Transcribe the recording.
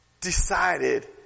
decided